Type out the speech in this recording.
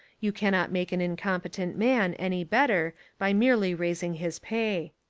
you cannot make an incompetent man any better by merely raising his pay.